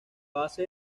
base